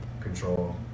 control